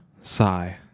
Sigh